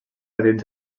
petit